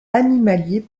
animaliers